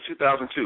2002